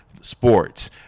sports